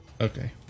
Okay